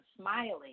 smiling